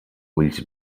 ulls